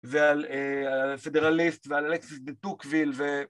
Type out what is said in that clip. ועל פדרליסט ועל אלכסיס בטוקוויל